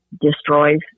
destroys